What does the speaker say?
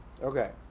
Okay